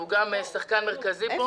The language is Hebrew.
הוא גם שחקן מרכזי.